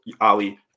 Ali